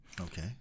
Okay